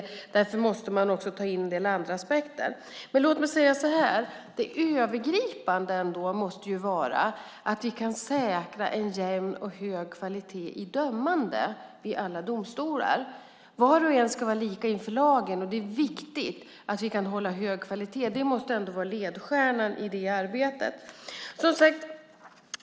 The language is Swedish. Därför måste man ta in flera aspekter. Låt mig säga så här: Det övergripande måste vara att vi kan säkra en jämn och hög kvalitet i dömande i alla domstolar. Var och en ska vara lika inför lagen. Det är viktigt att vi kan hålla hög kvalitet. Det måste vara ledstjärnan i arbetet.